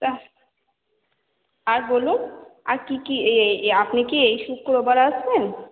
আর বলুন আর কী কী আপনি কি এই শুক্রবার আসবেন